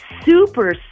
super